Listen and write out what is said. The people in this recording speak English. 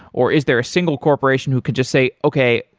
or is there a single corporation who could just say, okay,